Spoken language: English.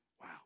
Wow